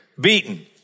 beaten